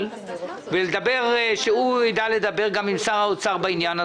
הם גם נשארים שם.